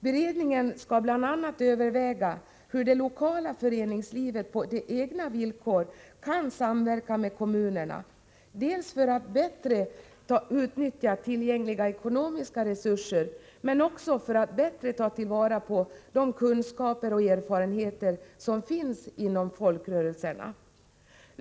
Beredningen skall bl.a. överväga hur det lokala föreningslivet på egna villkor kan samverka med kommunerna, delvis för att bättre utnyttja tillgängliga ekonomiska resurser men också för att bättre ta vara på de kunskaper och erfarenheter som finns inom folkrörelserna.